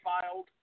filed